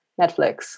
Netflix